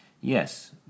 Yes